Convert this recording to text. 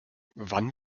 wann